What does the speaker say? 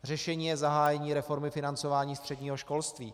Řešením je zahájení reformy financování středního školství.